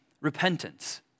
repentance